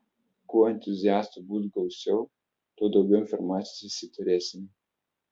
kuo entuziastų bus gausiau tuo daugiau informacijos visi turėsime